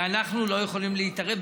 ואנחנו לא יכולים להתערב,